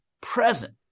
present